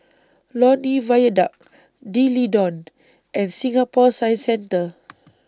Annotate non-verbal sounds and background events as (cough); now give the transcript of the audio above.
Lornie Viaduct D'Leedon and Singapore Science Centre (noise)